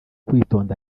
kwitonda